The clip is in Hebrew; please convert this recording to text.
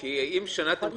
בשנה?